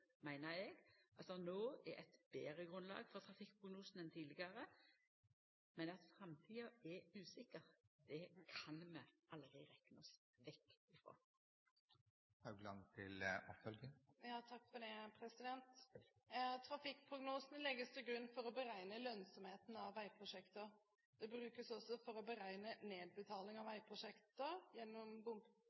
meiner eg at det no er eit betre grunnlag for trafikkprognosane enn tidlegare, men at framtida er uviss, kan vi aldri rekna oss vekk frå. Trafikkprognosene legges til grunn for å beregne lønnsomheten av veiprosjekter. Det brukes også for å beregne nedbetaling av veiprosjekter gjennom